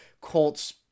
Colts